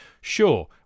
Sure